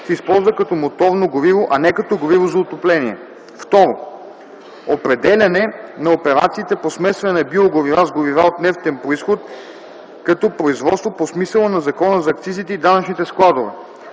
се използва като моторно гориво, а не като гориво за отопление. 2. Определяне на операциите по смесване на биогорива с горива от нефтен произход като производство по смисъла на Закона за акцизите и данъчните складове.